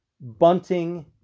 bunting